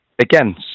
again